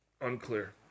unclear